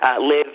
live